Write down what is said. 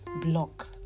block